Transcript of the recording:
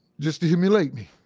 just to humiliate me,